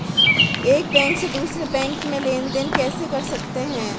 एक बैंक से दूसरे बैंक में लेनदेन कैसे कर सकते हैं?